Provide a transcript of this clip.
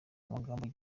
amagambo